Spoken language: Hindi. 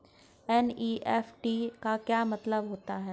एन.ई.एफ.टी का मतलब क्या होता है?